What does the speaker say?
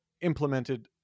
implemented